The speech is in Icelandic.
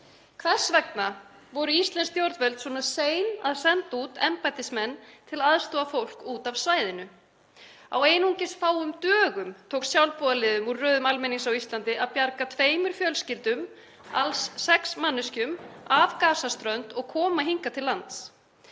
Hvers vegna voru íslensk stjórnvöld svona sein að senda út embættismenn til að aðstoða fólk út af svæðinu? Á einungis fáum dögum tókst sjálfboðaliðum úr röðum almennings á Íslandi að bjarga tveimur fjölskyldum, alls sex manneskjum, af Gaza-ströndinni og koma þeim hingað til lands.